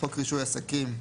"חוק רישוי עסקים"